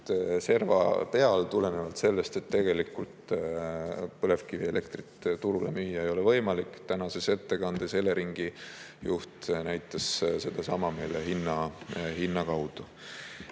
serva peal, tulenevalt sellest, et tegelikult põlevkivielektrit turule müüa ei ole võimalik. Tänases ettekandes Eleringi juht näitas sedasama meile hinna kaudu.